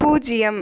பூஜ்ஜியம்